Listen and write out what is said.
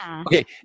Okay